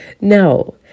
no